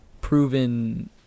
proven